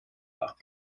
nach